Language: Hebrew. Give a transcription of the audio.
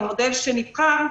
במודל שנבחר,